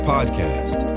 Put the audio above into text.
Podcast